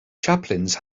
chaplains